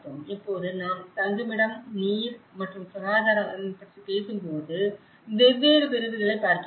இப்போது நாம் தங்குமிடம் நீர் மற்றும் சுகாதாரம் பற்றி பேசும்போது வெவ்வேறு பிரிவுகளைப் பார்க்கிறார்கள்